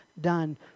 done